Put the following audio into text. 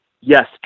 Yes